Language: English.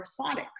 orthotics